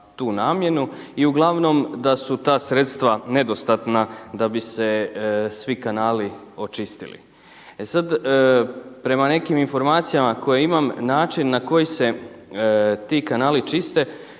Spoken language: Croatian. tu namjenu i uglavnom da su ta sredstva nedostatna da bi se svi kanali očistili. E sad, prema nekim informacijama koje imam, način na koji se ti kanali čiste